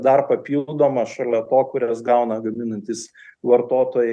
dar papildoma šalia to kurias gauna gaminantys vartotojai